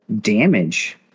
damage